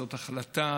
זאת החלטה,